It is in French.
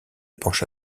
pencha